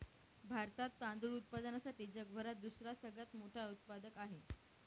भारतात तांदूळ उत्पादनासाठी जगभरात दुसरा सगळ्यात मोठा उत्पादक आहे